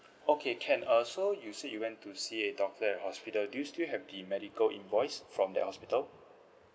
okay can uh so you said you went to see a doctor at hospital do you still have the medical invoice from that hospital